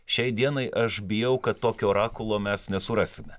šiai dienai aš bijau kad tokio orakulo mes nesurasime